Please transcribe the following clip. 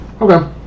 Okay